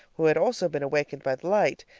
who had also been wakened by the light,